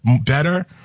better